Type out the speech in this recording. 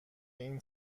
این